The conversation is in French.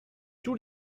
tout